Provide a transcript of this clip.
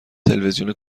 تلویزیون